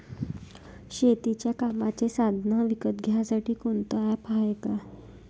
शेतीच्या कामाचे साधनं विकत घ्यासाठी कोनतं ॲप हाये का?